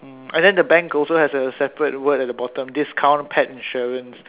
mm and then the bank also has a separate word at the bottom discount pet insurance